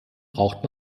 braucht